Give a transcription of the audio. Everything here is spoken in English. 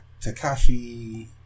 Takashi